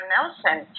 Nelson